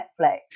Netflix